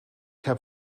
heb